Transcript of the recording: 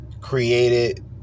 created